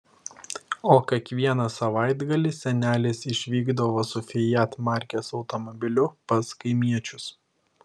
o kiekvieną savaitgalį senelis išvykdavo su fiat markės automobiliu pas kaimiečius